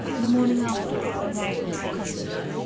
the morning after our arrival at the cottage,